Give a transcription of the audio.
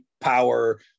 power